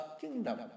kingdom